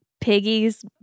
piggies